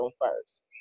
first